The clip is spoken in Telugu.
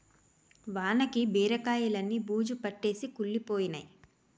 వానకి బీరకాయిలన్నీ బూజుపట్టేసి కుళ్లిపోయినై